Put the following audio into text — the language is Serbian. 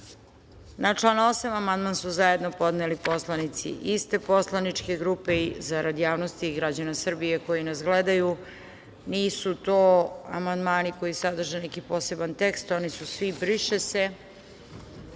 član 8. amandman su zajedno podneli poslanici iste poslaničke grupe. Zarad javnosti građana Srbije koji nas gledaju nisu tu amandmani koji sadrže neki poseban tekst. Oni se su svi – „briše se“.Ja